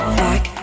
back